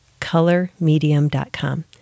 Colormedium.com